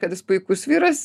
kad jis puikus vyras